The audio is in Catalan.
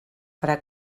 farà